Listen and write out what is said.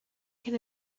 can